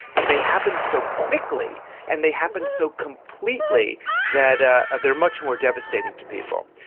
but they happen so quickly and they happen so completely that ah they are much more devastating to people.